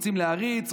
רוצים להריץ,